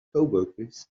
coworkers